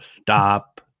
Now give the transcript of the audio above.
stop